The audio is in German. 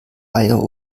eier